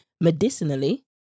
medicinally